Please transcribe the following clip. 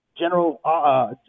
General